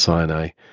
Sinai